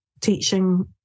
teaching